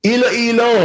Ilo-ilo